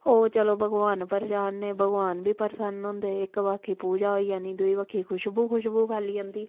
ओह् चलो भगवान पर चाढ़ने भगवान बी प्रसन्न होंदे इक बक्खी पूजा होई जानी दूई बक्खी खुशबू खुशबू फैली जंदी ही